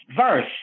verse